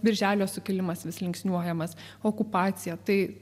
birželio sukilimas vis linksniuojamas okupacija tai